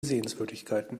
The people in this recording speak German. sehenswürdigkeiten